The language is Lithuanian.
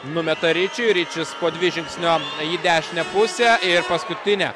numeta ričiui ričis po dvi žingsnio į dešinę pusę ir paskutinę